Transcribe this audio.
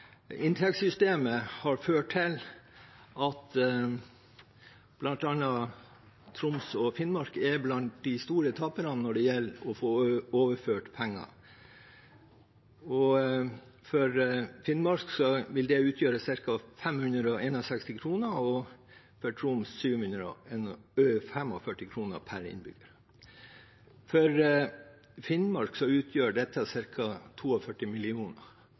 Inntektssystemet har ført til at bl.a. Troms og Finnmark er blant de store taperne når det gjelder overføring av penger. For Finnmark vil det utgjøre ca. 561 kr og for Troms 745 kr per innbygger. For Finnmark utgjør dette